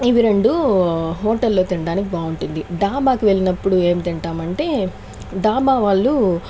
ఇవి రెండు హోటల్లో తినడానికి బాగుంటుంది ధాబాకి వెళ్ళినప్పుడు ఏం తింటామంటే ధాబా వాళ్ళు